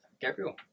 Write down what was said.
Gabriel